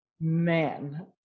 Man